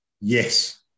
Yes